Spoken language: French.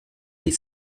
des